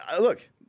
Look